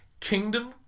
kingdom